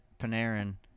Panarin –